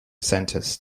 centers